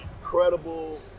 incredible